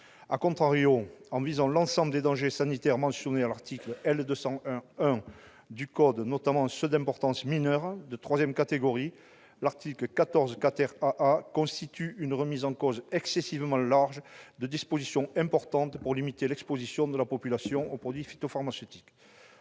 menaces., en visant l'ensemble des dangers sanitaires mentionnés à l'article L. 201-1 du code rural et de la pêche maritime, notamment ceux d'importance mineure, de troisième catégorie, l'article 14 AA constitue une remise en cause excessivement large de dispositions importantes pour limiter l'exposition de la population aux produits phytopharmaceutiques.